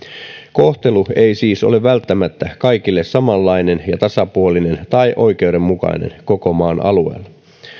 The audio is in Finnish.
kohtelu ei siis ole välttämättä kaikille samanlainen ja tasapuolinen tai oikeudenmukainen koko maan alueella